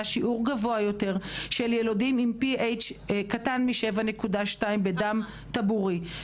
שיעור גבוה יותר של ילודים עם Ph קטן מ-7.2 בדם טבורי.